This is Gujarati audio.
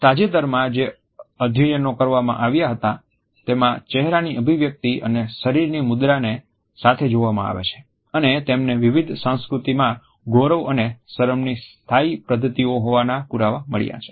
તાજેતરમાં જે અધ્યયનો કરવામાં આવ્યા હતા તેમાં ચહેરાની અભિવ્યક્તિ અને શરીરની મુદ્રાને સાથે જોવામાં આવે છે અને તેમને વિવિધ સાંસ્કૃતિમાં ગૌરવ અને શરમની સ્થાયી પદ્ધતિઓ હોવાના પુરાવા મળ્યા છે